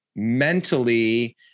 mentally